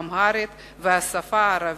האמהרית והערבית,